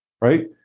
right